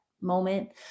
moment